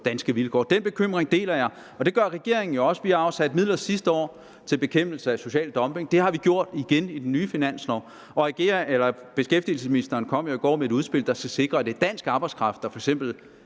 danske vilkår. Den bekymring deler jeg, og det gør regeringen jo også. Vi afsatte midler sidste år til bekæmpelse af social dumping. Det har vi gjort igen i den nye finanslov, og beskæftigelsesministeren kom jo i går med et udspil, der skal sikre, at det er dansk arbejdskraft, der